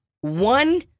one